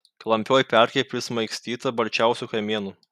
klampioj pelkėj prismaigstyta balčiausių kamienų